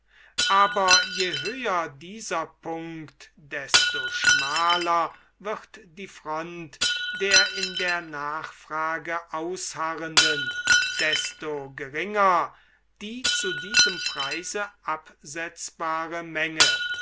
aber je höher dieser punkt desto schmaler wird die front der in der nachfrage ausharrenden desto geringer die zu diesem preise absetzbare menge